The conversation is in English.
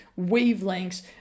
wavelengths